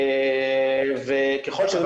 וככל ש-